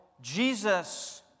Jesus